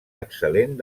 excel·lent